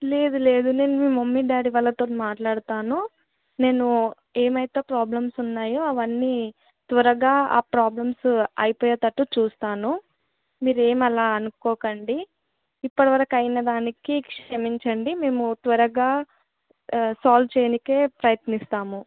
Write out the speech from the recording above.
లేదు లేదు నేను మీ మమ్మీ డాడీ వాళ్ళతోని మాట్లాడతాను నేను ఏమైతే ప్రాబ్లమ్స్ ఉన్నాయో అవన్నీ త్వరగా ఆ ప్రాబ్లమ్స్ అయిపోయేటట్టు చూస్తాను మీరేం అలా అనుకోకండి ఇప్పడి వరకు అయిన దానికి క్షమించండి మేము త్వరగా సాల్వ్ చేయనీకే ప్రయత్నిస్తాము